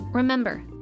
Remember